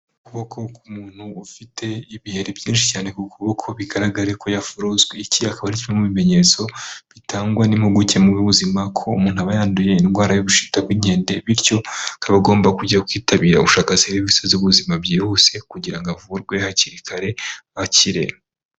Ukuboko k'umuntu ufite ibiheri byinshi cyane ku kuboko bigaragara ko yafuruse iki akaba ari kimwe mu bimenyetso bitangwa n'impuguke mu by'ubuzima ko umuntu aba yanduye indwara y'ubushita bityo akaba agomba kujya kwitabira gushaka serivisi z'ubuzima byihuse kugira ngo avurwe hakiri kare.